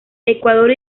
ecuador